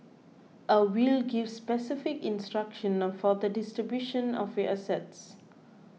a will gives specific instructions for the distribution of your assets